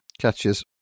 Catches